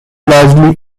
largely